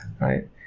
right